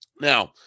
Now